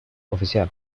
oficial